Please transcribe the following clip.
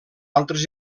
altres